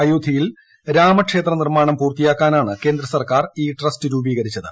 അയോധ്യയിൽ രാമക്ഷേത്ര നിർമ്മാണം പൂർത്തിയാക്കാനാണ് കേന്ദ്രസർക്കാർ ഈ ട്രസ്റ്റ് രൂപീകരിച്ചത്